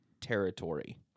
territory